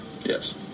yes